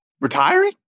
Retiring